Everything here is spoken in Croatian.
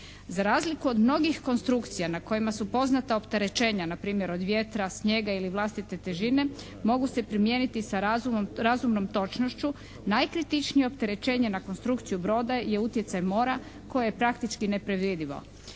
Za razliku od mnogih konstrukcija na kojima su poznata opterećenja na primjer od vjetra, snijega ili vlastite težine, mogu se primijeniti sa razumnom točnošću najkritičnije opterećenje na konstrukciju broda je utjecaj mora koje je praktički nepredvidivo.